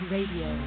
Radio